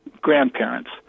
grandparents